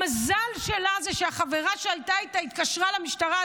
המזל שלה הוא שהחברה שהייתה איתה התקשרה למשטרה,